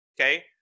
okay